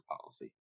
policy